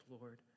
Lord